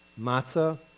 Matzah